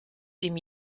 dem